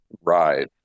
Right